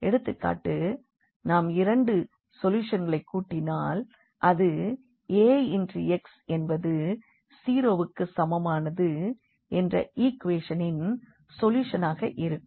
எடுத்துக்காட்டு நாம் இரண்டு சொல்யூஷன்களை கூட்டினால் அது Ax என்பது 0 வுக்கு சமமானது என்ற ஈக்வேஷனின் சொல்யூஷனாக இருக்கும்